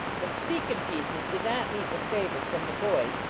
but speakin pieces did not meet with favor from the boys,